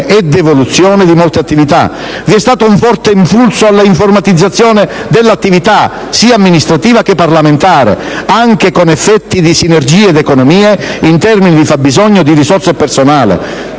e devoluzione di molte attività), vi è stato un forte impulso alla informatizzazione delle attività, sia amministrativa che parlamentare (anche con effetti di sinergie ed economie in termini di fabbisogno di risorse di personale).